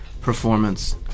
performance